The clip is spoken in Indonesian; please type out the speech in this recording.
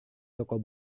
toko